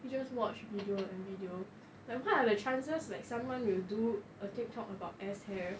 we just watch video and video like what are the chances like someone will do a TikTok about ass hair